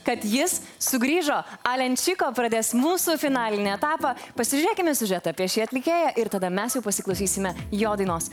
kad jis sugrįžo alenčiko pradės mūsų finalinį etapą pasižiūrėkime siužetą apie šį atlikėją ir tada mes pasiklausysime jo dainos